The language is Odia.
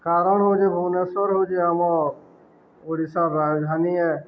କାରଣ ହେଉଛି ଭୁବନେଶ୍ୱର ହେଉଛି ଆମ ଓଡ଼ିଶାର ରାଜଧାନୀ